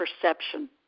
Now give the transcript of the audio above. perception